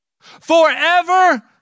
Forever